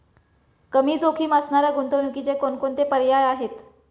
कमी जोखीम असणाऱ्या गुंतवणुकीचे कोणकोणते पर्याय आहे?